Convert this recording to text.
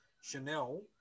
Chanel